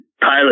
pilot